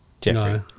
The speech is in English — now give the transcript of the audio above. Jeffrey